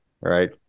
right